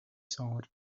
thought